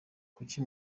kuki